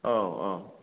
औ औ